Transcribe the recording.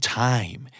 time